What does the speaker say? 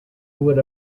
would